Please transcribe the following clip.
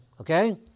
Okay